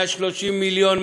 130 מיליון,